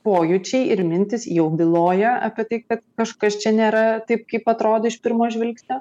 pojūčiai ir mintys jau byloja apie tai kad kažkas čia nėra taip kaip atrodo iš pirmo žvilgsnio